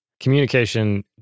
Communication